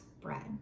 bread